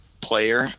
player